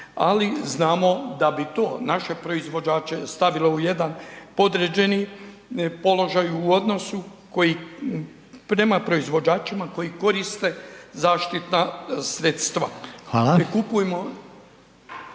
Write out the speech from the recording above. ali znamo da bi to naše proizvođače stavilo u jedan podređeni položaj u odnosu koji, prema proizvođačima koji koriste zaštitna sredstva.